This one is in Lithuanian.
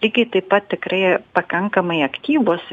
lygiai taip pat tikrai pakankamai aktyvūs